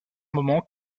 moment